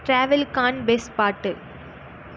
ட்ராவெல்லுக்கான் best பாட்டு